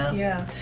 um yeah.